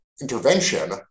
intervention